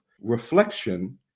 reflection